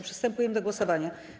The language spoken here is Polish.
Przystępujemy do głosowania.